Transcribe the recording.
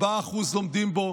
4% לומדים בו,